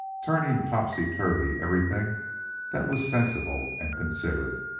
turning topsy-turvy everything that was sensible and considerate,